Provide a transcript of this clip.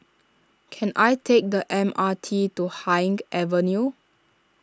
can I take the M R T to Haig Avenue